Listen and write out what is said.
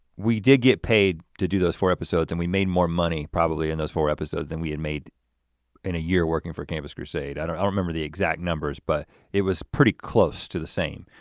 we did get paid to do those four episodes, and we made more money probably in those four episodes than we had made in a year working for campus crusade. i don't remember the exact numbers, but it was pretty close to the same.